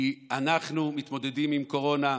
כי אנחנו מתמודדים עם קורונה,